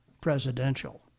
presidential